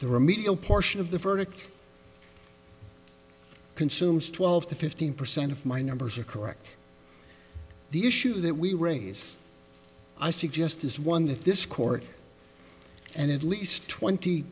the remedial portion of the verdict consumes twelve to fifteen percent of my numbers are correct the issue that we raise i suggest is one that this court and at least twenty